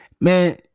Man